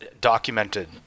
documented